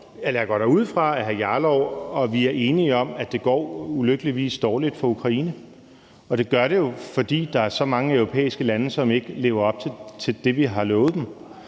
jeg går da ud fra, at vi er enige om, at det ulykkeligvis går dårligt for Ukraine. Og det gør det jo, fordi der er så mange europæiske lande, som ikke lever op til det, vi har lovet dem.